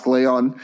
Leon